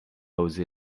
osé